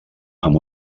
amb